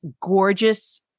gorgeous